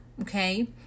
Okay